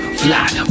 fly